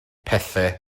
pethau